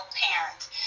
parents